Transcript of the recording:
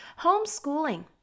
Homeschooling